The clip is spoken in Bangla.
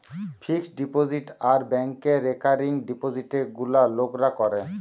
ফিক্সড ডিপোজিট আর ব্যাংকে রেকারিং ডিপোজিটে গুলা লোকরা করে